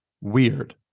WEIRD